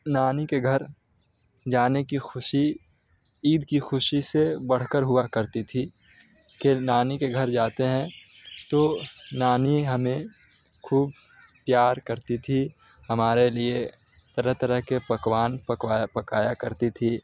نانی کے گھر جانے کی خوشی عید کی خوشی سے بڑھ کر ہوا کرتی تھی کہ نانی کے گھر جاتے ہیں تو نانی ہمیں خوب پیار کرتی تھی ہمارے لیے طرح طرح کے پکوان پکایا کرتی تھی